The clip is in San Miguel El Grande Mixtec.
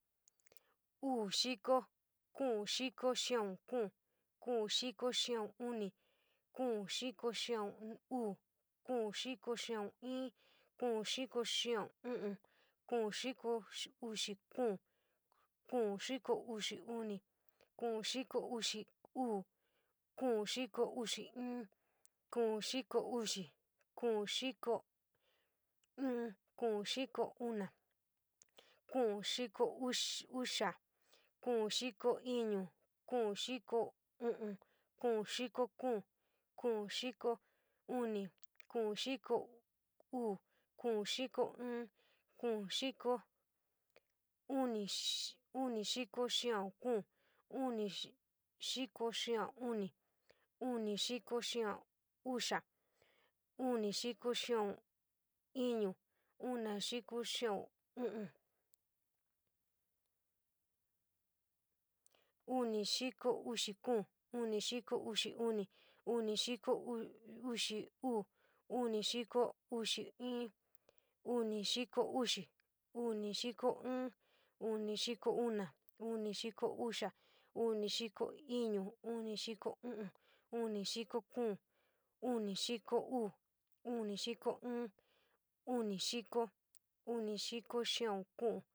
Uu xiko, unixiko xia'un kuun, kuun xiko, kuun xiko iin, kuun xiko uu, kuun xiko uni, kuun xiko kuun, kuun xiko u'un, kuun xiko ñuu, kuun xiko uxia, kuun xiko una, kuun xiko iin, kuun xiko uxi, kuun xiko uxi iin, kuun xiko uxi uu, kuun xiko uxi uni, kuun xiko uxi kuun, kuun xiko xia'un, kuun xiko xia'un iin, kuun xiko xia'un uu, kuun xiko xia'un uni, kuun xiko xia'un kuun.